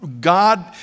god